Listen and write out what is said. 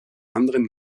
anderen